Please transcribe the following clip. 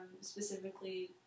Specifically